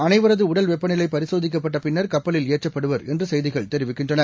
அனைவரதுஉடல்வெப்பநிலைபரிசோதிக்கப்பட்டபின்னர் அவர்கள் ஏற்றப்படுவார் என்றுசெய்திகள் தெரிவிக்கின்றன